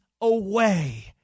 away